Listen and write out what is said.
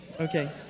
Okay